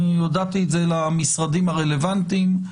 אני הודעתי את זה למשרדים הרלוונטיים.